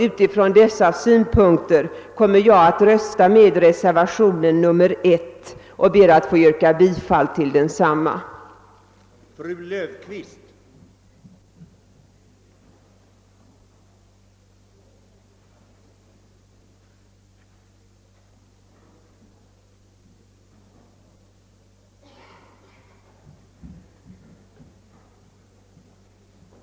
Utifrån dessa synpunkter ber jag alltså att få yrka bifall till reservationen I.